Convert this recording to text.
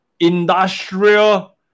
Industrial